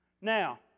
Now